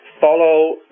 follow